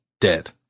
dead